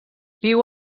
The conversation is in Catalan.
viu